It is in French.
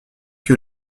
que